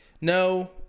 No